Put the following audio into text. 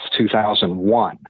2001